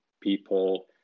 people